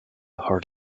her